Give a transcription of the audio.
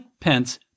Pence